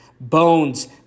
Bones